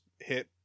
Hit